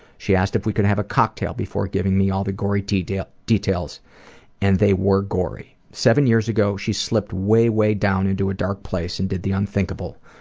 she asked if we could have a cocktail before giving me all the gory details, and they were gory. seven years ago she slipped way, way down into a dark place and did the unthinkable,